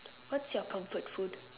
what's your comfort food